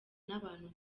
n’abantu